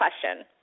question